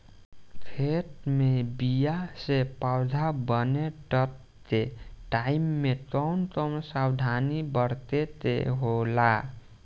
खेत मे बीया से पौधा बने तक के टाइम मे कौन कौन सावधानी बरते के होला?